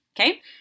Okay